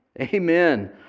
Amen